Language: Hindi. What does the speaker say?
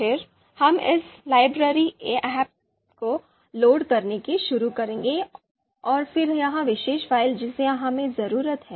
फिर हम इस लाइब्रेरी ahp को लोड करने के साथ शुरू करेंगे और फिर यह विशेष फ़ाइल जिसे हमें ज़रूरत है